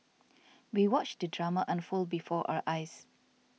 we watched the drama unfold before our eyes